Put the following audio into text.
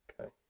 Okay